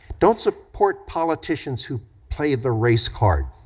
don't support politicians who play the race card.